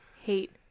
hate